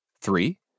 Three